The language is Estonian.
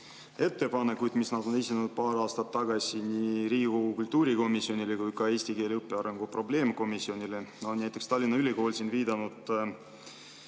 ettepanekuid, mis nad on esitanud paar aastat tagasi nii Riigikogu kultuurikomisjonile kui ka eesti keele õppe arengu probleemkomisjonile. Näiteks Tallinna Ülikool on siin viidanud